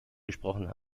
gesprochen